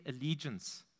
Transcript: allegiance